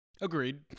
Agreed